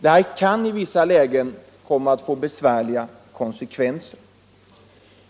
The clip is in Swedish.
Detta kan i vissa lägen få besvärliga konsekvenser.